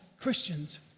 Christians